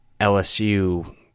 LSU